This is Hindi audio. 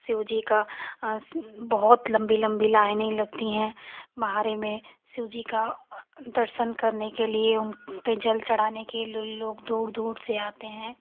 शिवजी की बहुत लम्बी लम्बी लाइनें लगती हैं महारे में शिवजी के दर्शन करने के लिए उनपर जल चढ़ाने के लिए लोग दूर दूर से आते हैं